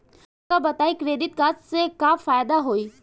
हमका बताई credit card से का फायदा होई?